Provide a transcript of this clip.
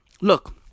look